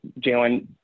Jalen